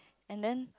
and then